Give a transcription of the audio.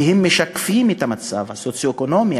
כי הם משקפים את המצב הסוציו-אקונומי,